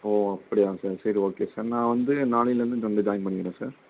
ஓ அப்பிடியாங்க சார் சரி okay sir நான் வந்து நாளையிலருந்து இங்கே வந்து ஜாய்ன் பண்ணிக்கிறேன் சார்